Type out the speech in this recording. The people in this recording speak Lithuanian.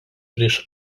prieš